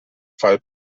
fall